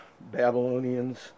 Babylonians